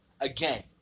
Again